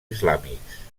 islàmics